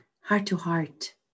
heart-to-heart